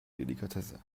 delikatesse